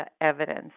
evidence